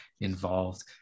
involved